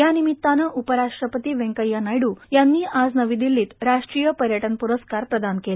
याविमित्तानं उपराष्ट्रपती वेंकव्या नायडू यांनी आज नवी दिल्लीत राष्ट्रीय पर्यटन प्रस्कार प्रदान केले